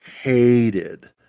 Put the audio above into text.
hated